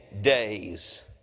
days